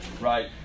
right